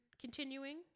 continuing